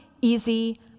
easy